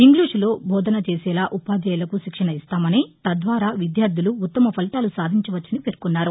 ఇంగ్లీషులో బోధన చేసేలా ఉపాధ్యాయులకు శిక్షణ ఇస్తామని తద్వారా విద్యార్దులు ఉత్తమ ఫలితాలు సాధించవచ్చని పేర్కొన్నారు